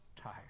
tired